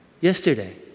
Yesterday